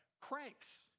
cranks